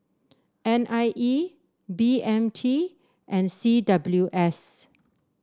N I E B M T and C W S